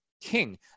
king